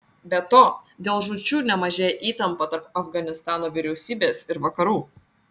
be to dėl žūčių nemažėja įtampa tarp afganistano vyriausybės ir vakarų